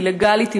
היא לגלית,